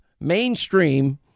mainstream